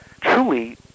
truly